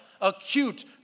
Acute